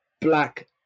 black